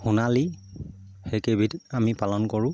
সোণালী সেইকেইবিধ আমি পালন কৰোঁ